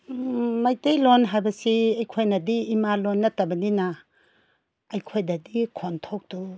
ꯃꯩꯇꯩꯂꯣꯟ ꯍꯥꯏꯕꯁꯤ ꯑꯩꯈꯣꯏꯅꯗꯤ ꯏꯃꯥ ꯂꯣꯟ ꯅꯠꯇꯕꯅꯤꯅ ꯑꯩꯈꯣꯏꯗꯗꯤ ꯈꯣꯟꯊꯣꯛꯇꯨ